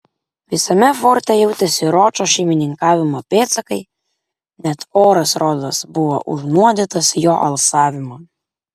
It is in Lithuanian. visame forte jautėsi ročo šeimininkavimo pėdsakai net oras rodos buvo užnuodytas jo alsavimo